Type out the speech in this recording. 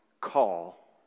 call